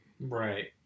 Right